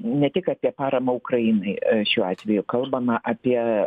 ne tik apie paramą ukrainai šiuo atveju kalbama apie